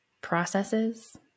processes